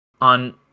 on